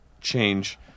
change